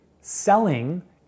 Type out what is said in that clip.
Selling